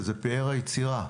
שהן פאר היצירה,